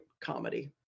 comedy